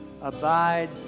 abide